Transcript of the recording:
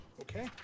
Okay